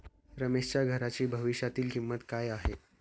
रमेशच्या घराची भविष्यातील किंमत काय आहे?